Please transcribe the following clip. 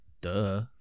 Duh